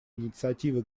инициативы